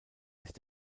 ist